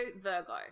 Virgo